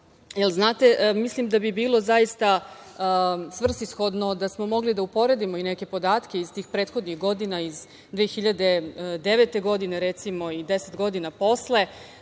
izvršavali? Mislim da bi bilo zaista svrsishodno da smo mogli da uporedimo i neke podatke iz tih prethodnih godina, iz 2009. godine, recimo, i 10 godina posle.